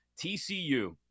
TCU